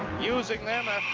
using then